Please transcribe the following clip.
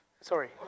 Sorry